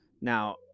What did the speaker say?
Now